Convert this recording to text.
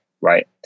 right